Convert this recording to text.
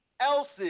else's